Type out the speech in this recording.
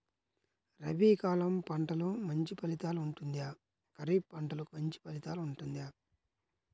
రబీ కాలం పంటలు మంచి ఫలితాలు ఉంటుందా? ఖరీఫ్ పంటలు మంచి ఫలితాలు ఉంటుందా?